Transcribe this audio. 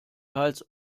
teils